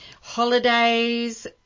holidays